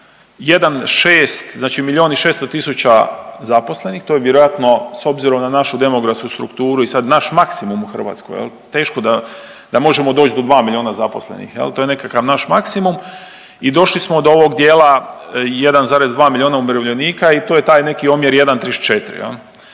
i 600 tisuća zaposlenih to je vjerojatno s obzirom na našu demografsku strukturu i sad naš maksimum u Hrvatskoj jel, teško da možemo doći do 2 miliona zaposlenih jel, to je nekakav naš maksimum i došli smo do ovog dijela 1,2 miliona umirovljenika i to je taj neki omjer 1 34